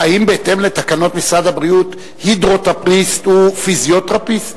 האם בהתאם לתקנות משרד הבריאות הידרותרפיסט הוא פיזיותרפיסט?